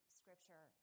scripture